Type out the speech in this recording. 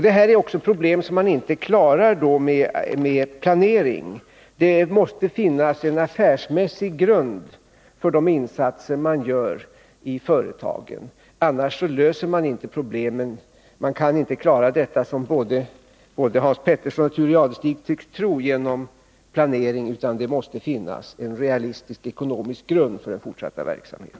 Detta är problem som man inte klarar med planering. Det måste finnas en affärsmässig grund för de insatser som görs i företagen, annars löser man inte problemen. Man kan inte klara detta, som både Thure Jadestig och Hans Petersson tycks tro, genom planering — det måste finnas en realistisk ekonomisk grund för den fortsatta verksamheten.